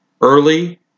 early